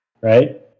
Right